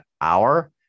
hour